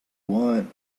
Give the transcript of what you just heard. want